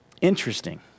Interesting